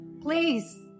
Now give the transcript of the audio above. Please